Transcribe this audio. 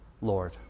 Lord